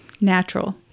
Natural